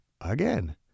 again